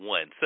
One